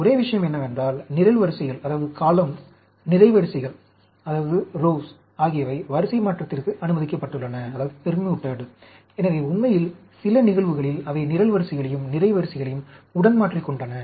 ஒரே விஷயம் என்னவென்றால் நிரல்வரிசைகளும் நிரைவரிசைகளும் வரிசைமாற்றத்திற்கு அனுமதிக்கப்பட்டுள்ளன எனவே உண்மையில் சில நிகழ்வுகளில் அவை நிரல்வரிசைகளையும் நிரைவரிசைகளையும் உடன்மாற்றிக்கொண்டன